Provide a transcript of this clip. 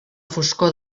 foscor